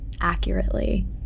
accurately